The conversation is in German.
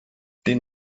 den